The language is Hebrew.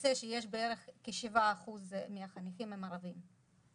יוצא שכ-7% מהחניכים הם ערבים.